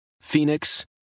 Phoenix